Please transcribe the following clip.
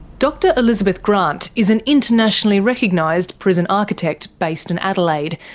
dr elizabeth grant is an internationally recognised prison architect, based in adelaide,